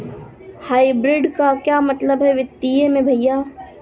Hybrid का क्या मतलब है वित्तीय में भैया?